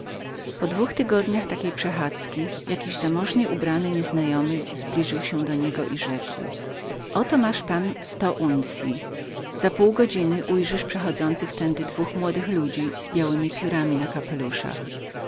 po dwóch tygodniach takiej przechadzki jakiś nieznajomy zbliżył się do niego i rzekł oto masz pan sto uncyi złota za pół godziny ujrzysz przechodzących dwóch młodych ludzi z białemi piórami na kapeluszach